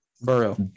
Burrow